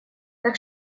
так